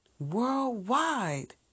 Worldwide